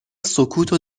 سکوتو